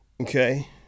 okay